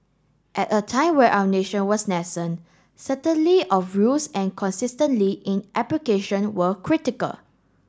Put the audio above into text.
at a time where our nation was nascent certainly of rules and consistently in application were critical